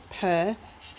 Perth